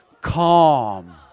calm